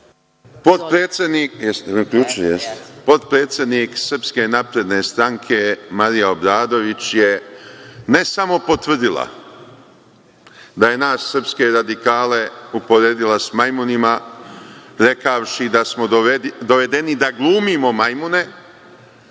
Potpredsednik SNS Marija Obradović je ne samo potvrdila da je nas srpske radikale uporedila sa majmunima, rekavši da smo dovedeni da glumimo majmune